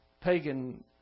pagan